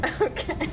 Okay